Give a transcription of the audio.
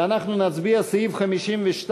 ואנחנו נצביע על סעיף 52,